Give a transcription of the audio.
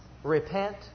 Repent